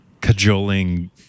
cajoling